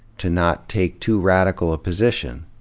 to not take too radical a position.